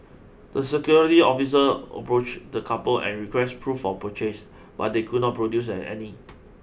the security officer approached the couple and requested proof of purchase but they could not produce any